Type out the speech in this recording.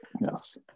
Yes